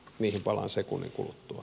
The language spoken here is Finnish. niihin palaan sekunnin kuluttua